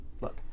Look